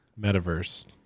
Metaverse